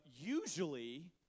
usually